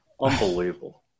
unbelievable